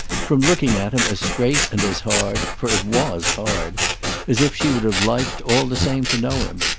from looking at him as straight and as hard for it was hard as if she would have liked, all the same, to know him.